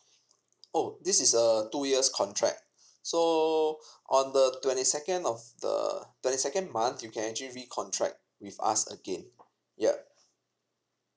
oh this is err two years contract so on the twenty second of the twenty second month you can actually recontract with us again ya